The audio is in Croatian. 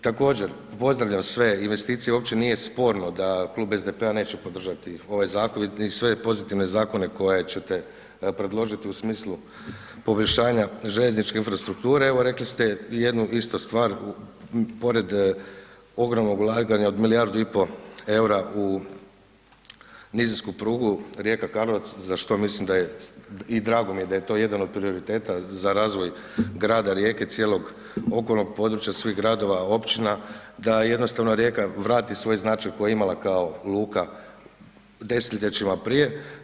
Također, pozdravljam sve investicije, uopće nije sporno da klub SDP-a neće podržati ovaj zakon i sve pozitivne zakone koje ćete predložiti u smislu poboljšanja željezničke infrastrukture, evo rekli ste jednu isto stvar pored ogromnog ulaganja od milijardu i pol eura u nizinsku prugu Rijeka-Karlovac za što mislim da je i drago mi je da je to jedan od prioriteta za razvoj grada Rijeke i cijelog okolnog područja, svih gradova, općina, da jednostavno Rijeka vrati svoj značaj koji je imala kao luka desetljećima prije.